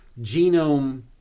genome